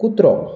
कुत्रो